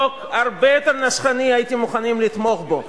חוק הרבה יותר נשכני, הייתם מוכנים לתמוך בו.